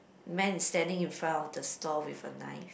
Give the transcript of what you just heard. man is standing in front of the store with a knife